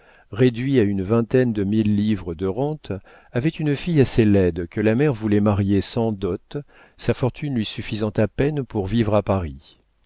réduits à une vingtaine de mille livres de rente avaient une fille assez laide que la mère voulait marier sans dot sa fortune lui suffisant à peine pour vivre à paris